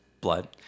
blood